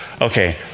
Okay